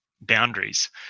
boundaries